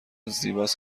زیباست